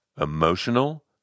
emotional